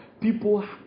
people